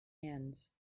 ends